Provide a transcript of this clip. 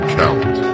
count